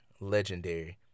legendary